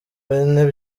bine